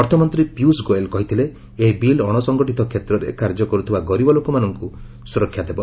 ଅର୍ଥମନ୍ତ୍ରୀ ପିୟୁଷ ଗୋଏଲ କହିଥିଲେ ଏହି ବିଲ୍ ଅଶସଂଗଠିତ କ୍ଷେତ୍ରରେ କାର୍ଯ୍ୟ କର୍ଥିବା ଗରିବଲୋକମାନଙ୍କୁ ସୁରକ୍ଷା ଦେବ